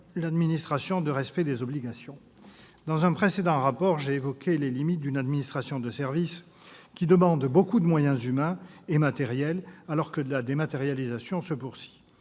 l'administration de respect des obligations. Dans un précédent rapport, j'ai évoqué les limites d'une administration de services qui demande beaucoup de moyens humains et matériels alors que la dématérialisation se poursuit.